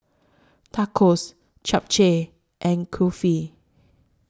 Tacos Japchae and Kulfi